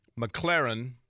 McLaren